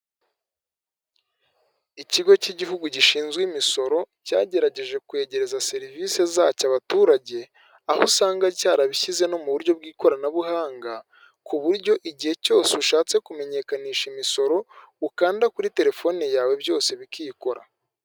Ikigo cy'igihugu gishinzwe imisoro, cyagerageje kwegereza serivisi zacyo abaturage aho usanga cyarabishyize no mu buryo bw'ikoranabuhanga, ku buryo igihe cyose ushatse kumenyekanisha imisoro, ukanda kuri telefone yawe byose bikikora.